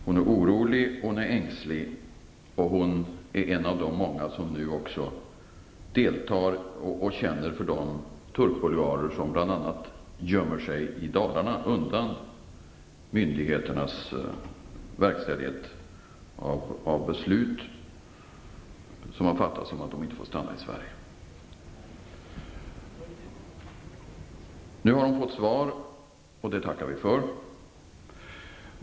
Hon är orolig, ängslig och hon är en av de många som nu känner för de turkbulgarer som gömmer sig i Dalarna undan myndigheternas verkställighet av beslut som har fattats om att de inte får stanna i Sverige. Nu har vi fått svar, och det tackar vi för.